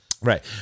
Right